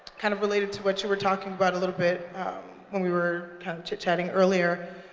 kind of related to what you were talking about a little bit when we were kind of chitchatting earlier,